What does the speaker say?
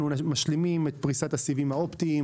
אנחנו משלימים את פריסת הסיבים האופטימיים